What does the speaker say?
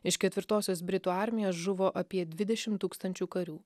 iš ketvirtosios britų armijos žuvo apie dvidešimt tūkstančių karių